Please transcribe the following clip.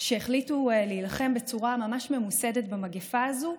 שהחליטו להילחם בצורה ממש ממוסדת במגפה הזאת,